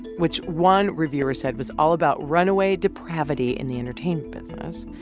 which one reviewer said was all about runaway depravity in the entertainment business